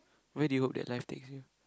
where do you hope that life takes you